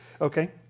Okay